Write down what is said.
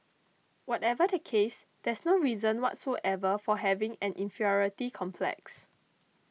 whatever the case there's no reason whatsoever for having an inferiority complex